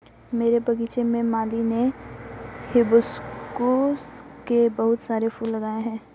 मेरे बगीचे में माली ने हिबिस्कुस के बहुत सारे फूल लगाए हैं